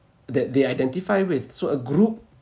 that they identify with so a group